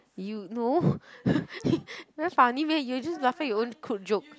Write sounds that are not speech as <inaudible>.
you no <breath> very funny meh you are just laughing at your own crude joke